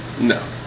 No